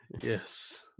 Yes